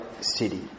city